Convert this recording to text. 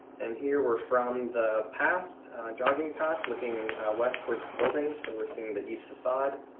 and here we're from the path jogging path looking west towards building. so we're seeing that east facade.